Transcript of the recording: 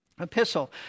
epistle